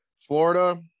florida